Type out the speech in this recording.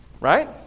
Right